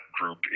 group